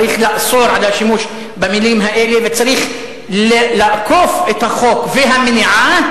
צריך לאסור את השימוש במלים האלה וצריך לאכוף את החוק והמניעה,